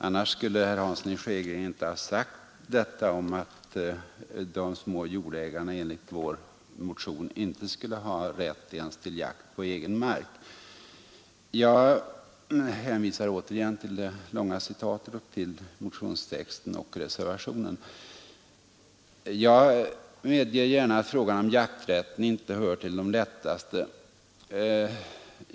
Om han hade lyssnat skulle han inte ha sagt att de små jordägarna enligt vår motion inte skulle ha rätt till jakt ens på egen mark. Jag hänvisar återigen till det långa citatet och till motionstexten i övrigt och till reservationen. Jag medger gärna att frågan om jakträtten inte hör till de lättaste.